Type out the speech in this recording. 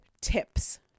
tips